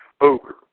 ogre